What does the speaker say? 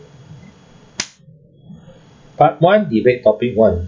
part one debate topic one